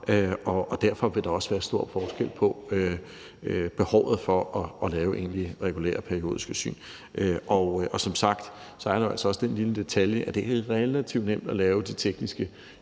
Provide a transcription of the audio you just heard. og derfor vil der også være stor forskel på behovet for at lave egentlige regulære periodiske syn. Som sagt er der jo altså også den lille detalje, at det, som hr. Kristian Pihl Lorentzen